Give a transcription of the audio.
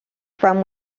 from